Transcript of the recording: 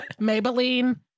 Maybelline